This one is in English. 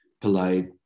polite